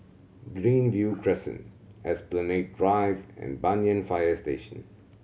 Greenview Crescent Esplanade Drive and Banyan Fire Station